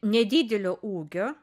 nedidelio ūgio